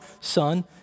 Son